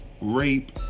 rape